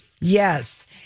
Yes